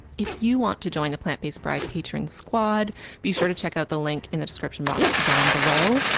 if you want to join the plant based bride patrons squad be sure to check out the link in the description box down below!